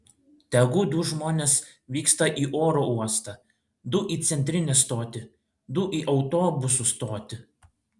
tegu du žmonės vyksta į oro uostą du į centrinę stotį du į autobusų stotį